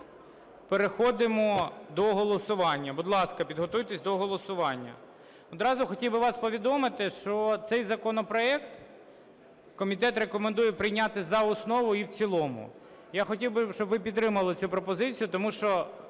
переходимо до голосування. Будь ласка, підготуйтесь до голосування. Одразу хотів би вам повідомити, що цей законопроект комітет рекомендує прийняти за основу і в цілому. Я хотів би, щоб ви підтримали цю пропозицію. Тому що,